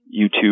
YouTube